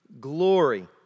glory